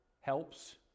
helps